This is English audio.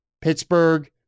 Pittsburgh